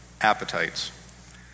appetites